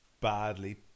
badly